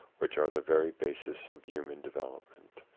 which are are the very bases of human develop ment.